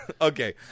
Okay